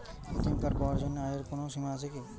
ATM card পাওয়ার জন্য আয়ের কোনো সীমা আছে কি?